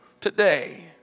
today